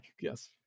Yes